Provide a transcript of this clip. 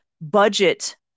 budget